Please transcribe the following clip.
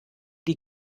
die